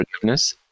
forgiveness